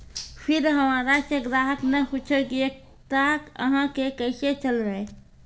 फिर हमारा से ग्राहक ने पुछेब की एकता अहाँ के केसे चलबै?